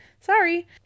Sorry